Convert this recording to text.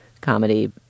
comedy